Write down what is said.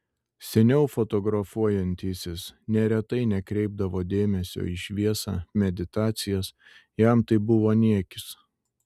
seniau fotografuojantysis neretai nekreipdavo dėmesio į šviesą meditacijas jam tai buvo niekis